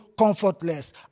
comfortless